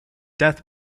death